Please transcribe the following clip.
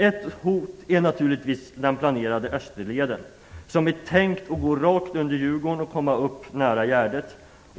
Ett är naturligtvis den planerade Österleden, som är tänkt att gå rakt under Djurgården och komma upp nära Gärdet.